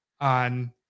on